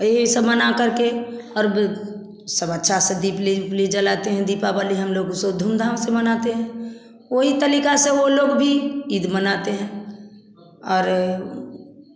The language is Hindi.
यही सब मना करके और ब सब अच्छा से दीप ले ले जलाते हैं दीपावली हम लोग सब धूम धाम से मनाते हैं वही तरीका से वे लोग भी ईद मनाते हैं और